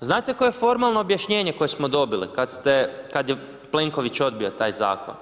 Znate koje je formalno objašnjenje koje smo dobili, kada ste, kada je Plenković odbio taj zakon,